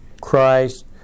Christ